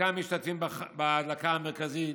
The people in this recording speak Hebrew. חלקם משתתפים בהדלקה המרכזית,